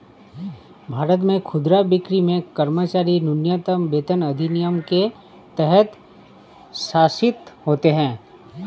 भारत में खुदरा बिक्री में कर्मचारी न्यूनतम वेतन अधिनियम के तहत शासित होते है